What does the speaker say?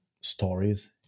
stories